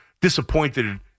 disappointed